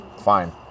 Fine